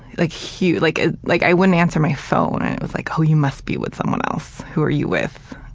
like a huge like ah like i wouldn't answer my phone, and it was like oh, you must be with someone else. who are you with?